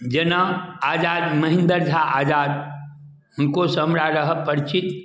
जेना आजाद महिन्दर झा आजाद हुनकोसँ हमरा रहऽ परिचित